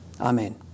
Amen